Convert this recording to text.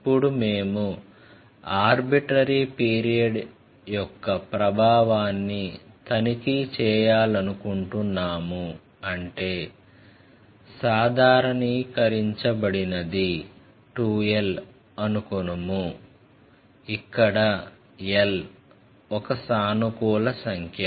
ఇప్పుడు మేము arbitrary period యొక్క ప్రభావాన్ని తనిఖీ చేయాలనుకుంటున్నాము అంటే సాధారణీకరించబడినది 2l అనుకొనుము ఇక్కడ l ఒక సానుకూల సంఖ్య